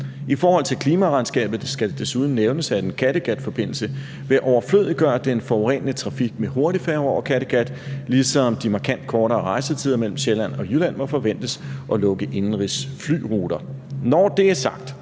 I forhold til klimaregnskabet skal det desuden nævnes, at en Kattegatforbindelse vil overflødiggøre den forurenende trafik med hurtigfærge over Kattegat, ligesom de markant kortere rejsetider mellem Sjælland og Jylland må forventes at lukke indenrigsflyruter. Når det er sagt,